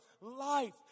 life